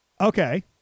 Okay